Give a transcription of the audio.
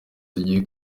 tugiye